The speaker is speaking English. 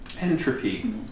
Entropy